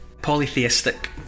polytheistic